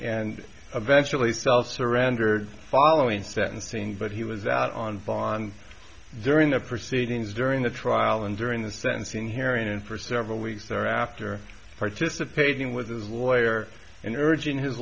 and eventually sell surrendered following sentencing but he was out on bond during the proceedings during the trial and during the sentencing hearing for several weeks or after participating with his lawyer and urging his